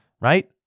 right